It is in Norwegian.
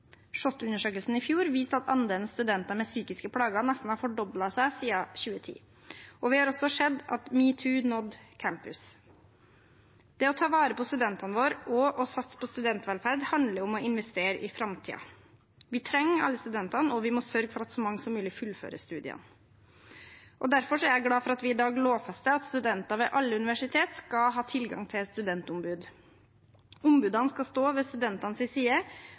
SHoT-undersøkelsen i fjor viste at andelen studenter med psykiske plager nesten har fordoblet seg siden 2010. Vi har også sett at metoo nådde campus. Det å ta vare på studentene våre og å satse på studentvelferd handler om å investere i framtida. Vi trenger alle studentene, og vi må sørge for at så mange som mulig fullfører studiene. Derfor er jeg glad for at vi i dag lovfester at studenter ved alle universiteter skal ha tilgang til et studentombud. Ombudene skal stå ved studentenes side